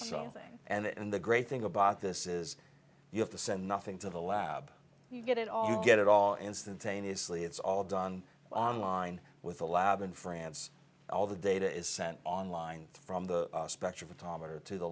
something and the great thing about this is you have to send nothing to the lab you get it all get it all instantaneously it's all done online with a lab in france all the data is sent online from the